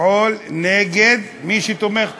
לפעול נגד מי שתומך טרור.